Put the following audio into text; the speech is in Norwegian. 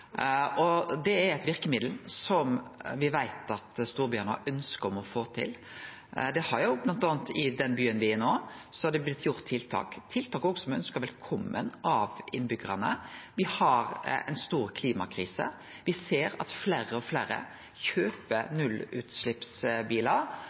Det er eit verkemiddel som me veit at storbyane har ønske om å få til. Det har bl.a. i den byen me er i nå, blitt gjort tiltak – tiltak som òg er ønskte velkomne av innbyggjarane. Me har ei stor klimakrise. Me ser at fleire og fleire kjøper